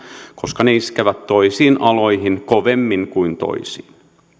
koska ne iskevät toisiin aloihin kovemmin kuin toisiin mutta